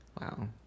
Wow